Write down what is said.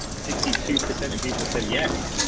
sixty two percent of people said yes.